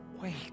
wait